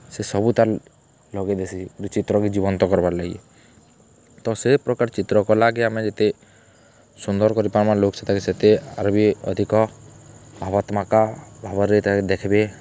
ସେ ସବୁ ତାର୍ ଲଗେଇ ଦେସି ଗୁଟେ ଚିତ୍ରକେ ଜୀବନ୍ତ କର୍ବାର୍ ଲାଗି ତ ସେ ପ୍ରକାର୍ ଚିତ୍ରକଲାକେ ଆମେ ଯେତେ ସୁନ୍ଦର୍ କରିପାର୍ମା ଲୋକ୍ ସେତାକେ ସେତେ ଆର୍ ବି ଅଧିକ ଭାବାତ୍ମକ ଭାବରେ ତାକେ ଦେଖ୍ବେ